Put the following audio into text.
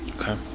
Okay